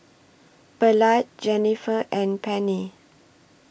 Ballard Jenniffer and Penni